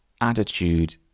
attitude